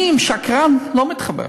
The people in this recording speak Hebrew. אני עם שקרן לא מתחבר.